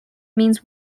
means